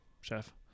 Chef